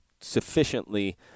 sufficiently